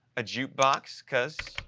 a jukebox because,